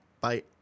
Bye